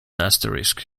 asterisk